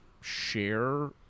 share